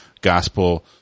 gospel